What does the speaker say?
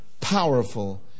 powerful